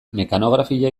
mekanografia